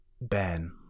Ben